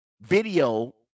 video